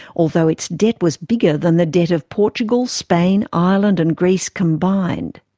although its debt was bigger than the debt of portugal, spain, ireland and greece combined.